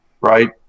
right